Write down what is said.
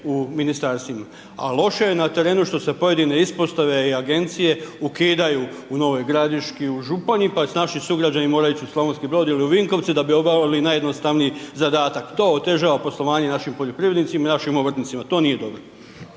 u Ministarstvima. A loše je na terenu što se pojedine Ispostave i Agencije ukidaju u Novoj Gradiški, u Županji, pa naši sugrađani moraju ići u Slavonski Brod ili Vinkovce da bi obavili najjednostavniji zadatak. To otežava poslovanje našim poljoprivrednicima i našim obrtnicima. To nije dobro.